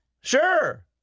Sure